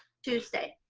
tuesday.